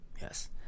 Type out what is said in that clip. Yes